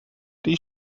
die